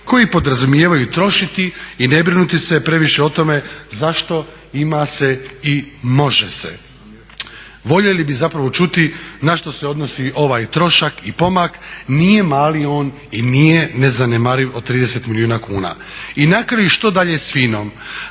koji podrazumijevaju trošiti i ne brinuti se previše o tome zašto ima se i može se. Voljeli bi zapravo čuti na što se odnosi ovaj trošak i pomak, nije mali on i nije nezanemariv od 30 milijuna kuna. I na kraju što dalje s FINA-om?